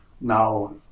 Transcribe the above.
now